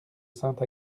sainte